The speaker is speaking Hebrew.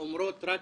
אומרות רק